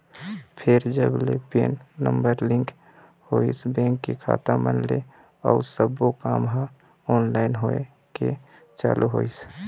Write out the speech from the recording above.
फेर जब ले पेन नंबर लिंक होइस बेंक के खाता मन ले अउ सब्बो काम ह ऑनलाइन होय के चालू होइस